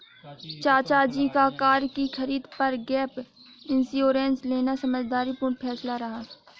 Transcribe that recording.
चाचा जी का कार की खरीद पर गैप इंश्योरेंस लेना समझदारी पूर्ण फैसला रहा